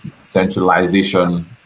centralization